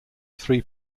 three